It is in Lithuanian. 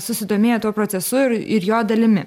susidomėję tuo procesu ir ir jo dalimi